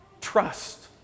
Trust